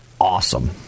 Awesome